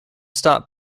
stop